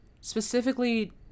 specifically